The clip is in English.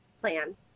plan